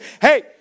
hey